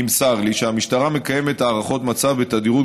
נמסר לי שהמשטרה מקיימת הערכות מצב בתדירות